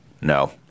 no